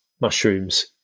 mushrooms